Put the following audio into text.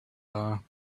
are